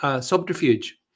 subterfuge